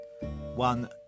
one